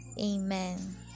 Amen